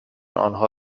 آنها